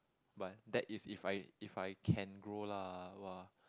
but that is if I if I can grow lah !wah!